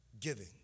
Giving